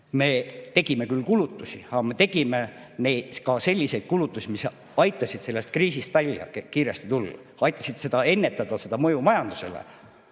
me tegime küll kulutusi, aga me tegime ka selliseid kulutusi, mis aitasid sellest kriisist kiiresti välja tulla. Aitasid ennetada mõju majandusele.